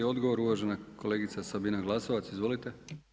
I odgovor uvažena kolegica Sabina Glasovac, izvolite.